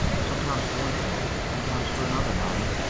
sometimes for one thing, sometimes for another, nanny,